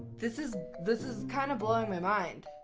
this is, this is kind of blowing my mind.